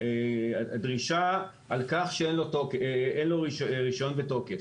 דרישה על כך שאין לו רישיון בתוקף